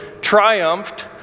triumphed